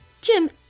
Jim